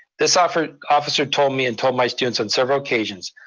this officer officer told me and told my students on several occasions,